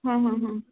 हां हां हां